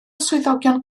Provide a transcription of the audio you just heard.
swyddogion